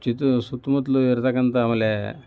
ಚಿತ್ ಸುತ್ತಮುತ್ತಲೂ ಇರ್ತಕ್ಕಂಥ ಆಮೇಲೆ